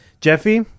Jeffy